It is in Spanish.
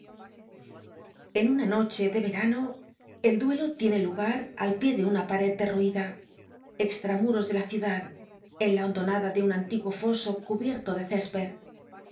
s una noche de verano el duel o tiene lugn al pié de una pared dot uida extra muros do la ciudad en la hondonada de un antiguo foso cubierto de cesped